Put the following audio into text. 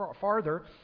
farther